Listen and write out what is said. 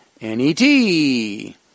N-E-T